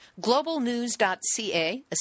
GlobalNews.ca